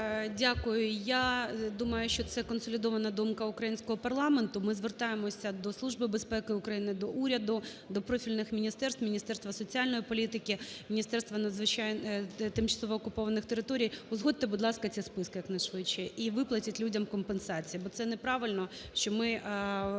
Дякую. Я думаю, що це – консолідована думка українського парламенту. Ми звертаємося до Служби безпеки України, до уряду, до профільних міністерств – Міністерства соціальної політики, Міністерства надзвичайних… тимчасово окупованих територій: узгодьте, будь ласка, ці списки якнайшвидше і виплатіть людям компенсації, бо це неправильно, що ми